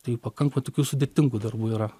tai pakankamai tokių sudėtingų darbų yra